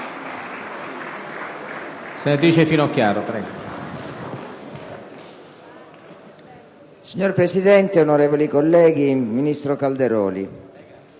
Signor Presidente, onorevoli colleghi, ministro Calderoli,